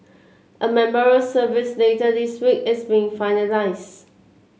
a memorial service later this week is being finalised